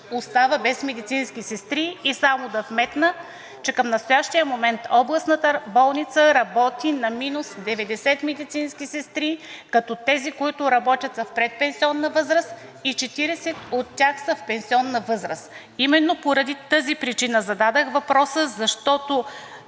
остава без медицински сестри. И само да вметна, че към настоящия момент Областната болница работи на минус 90 медицински сестри, като тези, които работят, са в предпенсионна възраст, и 40 от тях са в пенсионна възраст. Именно поради тази причина зададох въпроса, защото